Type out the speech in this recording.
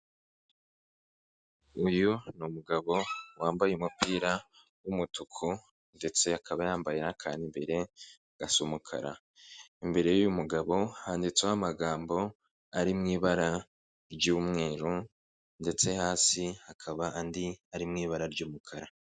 Uyu ni umugabo wambaye umupira w'umutuku, ndetse akaba yambaye n'akantu imbere gasa umukara. Imbere y'uyu mugabo handitseho amagambo ari mu ibara ry'umweru, ndetse hasi hakaba andi ari mu ibara ry'umukara.